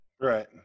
Right